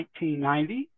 1990